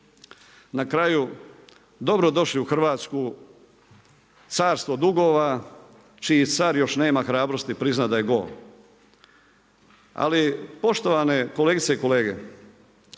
Na kraju, dobro došli u Hrvatsku, carstvo dugova čiji car još nema hrabrosti priznati da je gol. Ali poštovane kolegice i kolege,